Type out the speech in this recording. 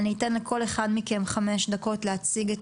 אני אתן לכל אחד מכם 5 דקות להציג את